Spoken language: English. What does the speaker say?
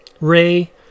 Ray